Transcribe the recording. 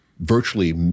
Virtually